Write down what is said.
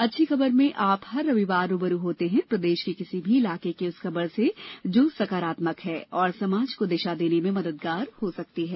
अच्छी खबर में आप हर रविवार रू ब रू होते हैं प्रदेश के किसी भी इलाके की उस खबर से जो सकारात्मक है और समाज को दिशा देने में मददगार हो सकती है